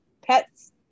pets